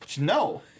no